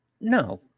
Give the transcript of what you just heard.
No